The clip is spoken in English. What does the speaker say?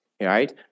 right